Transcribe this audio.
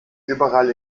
überall